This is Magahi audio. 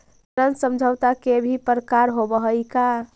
ऋण समझौता के भी प्रकार होवऽ हइ का?